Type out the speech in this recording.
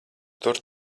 tur